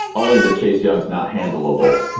only that chase young's not handle a ball.